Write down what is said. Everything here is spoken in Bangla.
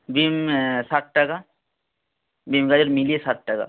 বিন ষাট টাকা বিন গাজর মিলিয়ে ষাট টাকা